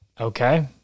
Okay